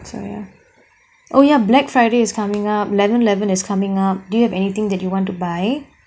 sorry ah oh ya black friday is coming up eleven eleven is coming up do you have anything that you want to buy